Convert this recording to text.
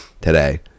today